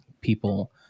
people